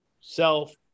Self